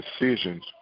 decisions